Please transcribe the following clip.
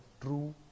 true